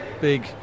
big